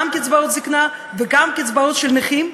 גם קצבאות הזיקנה וגם קצבאות הנכים,